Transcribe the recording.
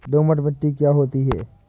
दोमट मिट्टी क्या होती हैं?